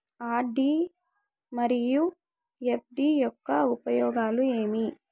RD మరియు FD యొక్క ఉపయోగాలు ఏమి?